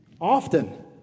Often